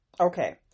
Okay